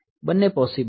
બંને પોસીબલ છે